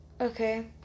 Okay